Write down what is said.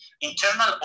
internal